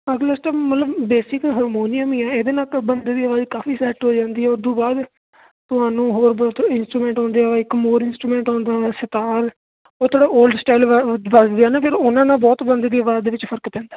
ਅਗਲੇ ਮਤਲਬ basic harmonium ਹੀ ਆ ਇਹਦੇ ਨਾਲ ਤਾਂ ਬੰਦੇ ਦੀ ਆਵਾਜ਼ ਕਾਫੀ ਸੈਟ ਹੋ ਜਾਂਦੀ ਉਤੋਂ ਬਾਅਦ ਤੁਹਾਨੂੰ ਹੋਰ ਬਸ ਇੰਸਟਰੂਮੈਂਟ ਹੁੰਦੀ ਇੱਕ ਮੋਰ ਇੰਸਟਰੂਮੈਂਟ ਹੁੰਦਾ ਸਿਤਾਰ ਓਹ ਥੋੜ੍ਹਾ ਓਲਡ ਸਟਾਇਲ ਫਿਰ ਉਹਨਾਂ ਦਾ ਬਹੁਤ ਬੰਦੇ ਦੀ ਆਵਾਜ਼ 'ਚ ਫਰਕ ਪੈਂਦਾ